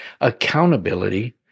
accountability